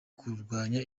kurwanya